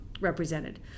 represented